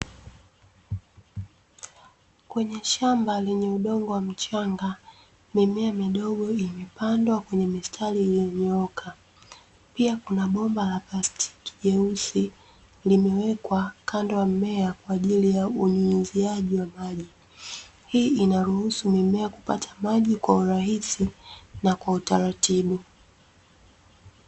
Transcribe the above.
Kwenye shamba lenye udongo wa michanga, mimea midogo imepandwa kwenye mistari iliyonyooka. Pia kuna bomba la plastiki jeusi, limewekwa kando ya mmea kwa ajili ya unyunyiziaji wa maji. Hii inaruhusu mimea kupata maji kwa urahisi na kwa utaratibu.